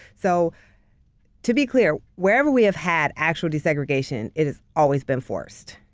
so to be clear wherever we have had actual desegregation it has always been forced.